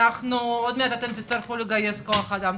עוד מעט אתם תצטרכו לגייס כוח אדם.